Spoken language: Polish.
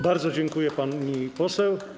Bardzo dziękuję, pani poseł.